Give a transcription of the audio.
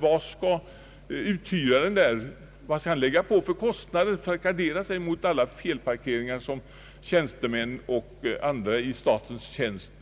Vilka kostnader skall uthyraren lägga på för att gardera sig mot alla felparkeringar som tjänstemän och andra i statens tjänst